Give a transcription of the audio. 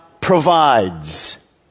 provides